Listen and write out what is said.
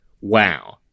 wow